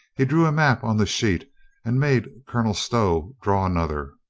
he drew a map on the sheet and made colonel stow draw an other.